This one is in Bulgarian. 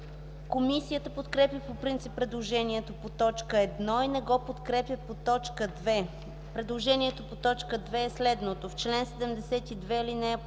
Комисията подкрепя по принцип предложението по т. 1 и не го подкрепя по т. 2. Предложението по т. 2 е следното: „2. В чл. 72, ал.